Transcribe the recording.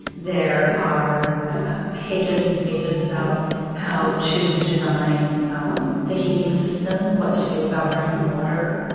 there are pages and pages about how to design the heating system, what to do about running water.